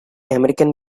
american